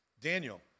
Daniel